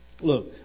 Look